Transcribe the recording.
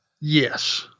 Yes